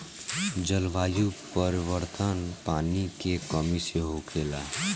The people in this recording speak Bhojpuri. जलवायु परिवर्तन, पानी के कमी से होखेला